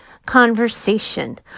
conversation